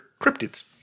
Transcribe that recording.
cryptids